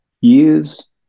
years